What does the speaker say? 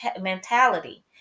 mentality